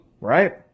right